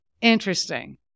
interesting